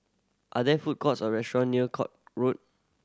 are there food courts or restaurant near Court Road